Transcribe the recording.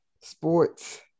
sports